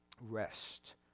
Rest